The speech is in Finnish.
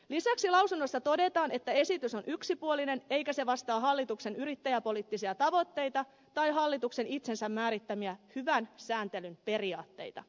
lisäksi lausunnossa todetaan että esitys on yksipuolinen eikä se vastaa hallituksen yrittäjäpoliittisia tavoitteita tai hallituksen itsensä määrittämiä hyvän sääntelyn periaatteita